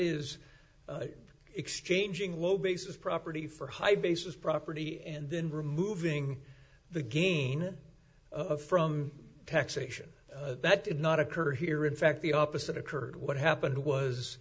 is exchanging low bases property for high bases property and then removing the gain of from taxation that did not occur here in fact the opposite occurred what happened